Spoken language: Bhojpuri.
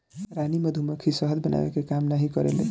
रानी मधुमक्खी शहद बनावे के काम नाही करेले